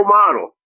model